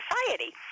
Society